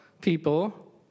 people